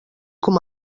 com